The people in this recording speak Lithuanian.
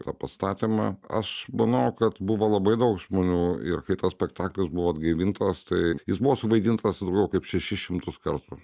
tą pastatymą aš manau kad buvo labai daug žmonių ir kai tas spektaklis buvo atgaivintas tai jis buvo suvaidintas daugiau kaip šešis šimtus kartų